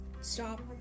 stop